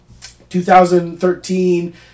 2013